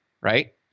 right